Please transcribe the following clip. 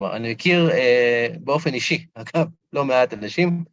כלומר, אני אכיר באופן אישי, אגב, לא מעט אנשים.